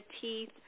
teeth